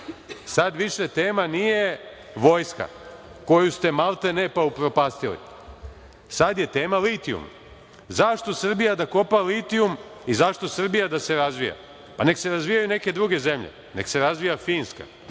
Sad više tema nije vojska, koju ste maltene pa upropastili, sad je tema litijum. Zašto Srbija da kopa litujum i zašto Srbija da se razvija, pa nek se razvijaju neke druge zemlje. Nek se razvija Finska,